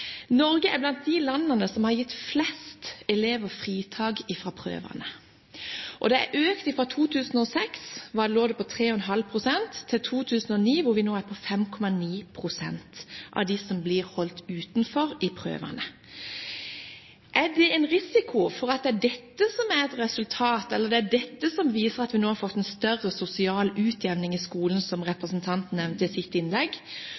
Norge er blant de landene som har gitt flest elever fritak fra prøvene. Antallet som blir holdt utenfor prøvene, har økt fra 3,5 pst i 2006 til 5,9 pst. i 2009. Er det en risiko for at det er dette som viser at vi nå har fått en større sosial utjevning i skolen, som representanten nevnte i sitt innlegg?